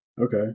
Okay